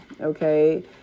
okay